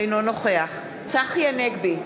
אינו נוכח צחי הנגבי,